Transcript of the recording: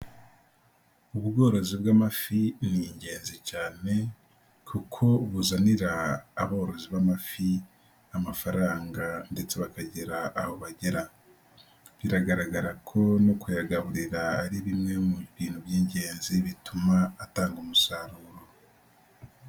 Ubworozi bw'amafi ni ingenzi cyane kuko buzanira aborozi b'amafi amafaranga ndetse bakagira aho bagera, biragaragara ko no kuyagaburira ari bimwe mu bintu by'ingenzi bituma atanga umusaruro.